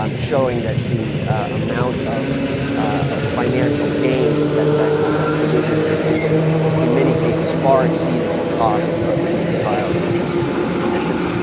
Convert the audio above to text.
um showing that the amount of of financial gain that that provision would have given in many cases far exceeded the costs of doing trials in those in those conditions.